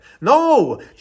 No